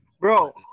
Bro